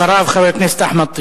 אחריו, חבר הכנסת אחמד טיבי.